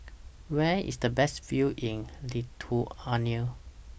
Where IS The Best View in Lithuania